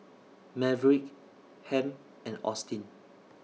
Maverick Hamp and Austin